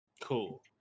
Cool